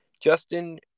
Justin